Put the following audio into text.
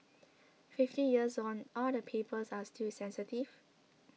fifty years on all the papers are still sensitive